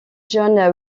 john